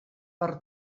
per